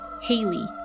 Haley